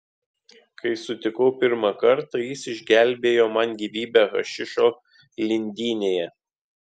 kai sutikau pirmą kartą jis išgelbėjo man gyvybę hašišo lindynėje